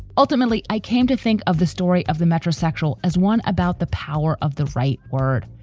ultimately. i came to think of the story of the metrosexual as one about the power of the right word,